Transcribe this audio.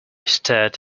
stared